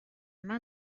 main